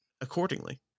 accordingly